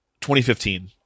2015